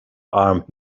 armed